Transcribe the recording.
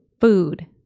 Food